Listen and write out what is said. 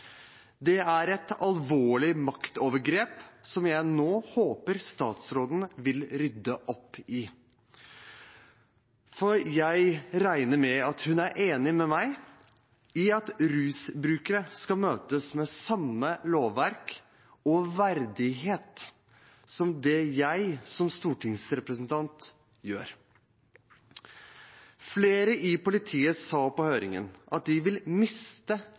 Det er et alvorlig maktovergrep som jeg nå håper statsråden vil rydde opp i. For jeg regner med at hun er enig med meg i at rusbrukere skal møtes med samme lovverk og verdighet som det jeg som stortingsrepresentant gjør. Flere i politiet sa på høringen at de vil miste